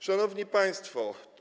Szanowni Państwo!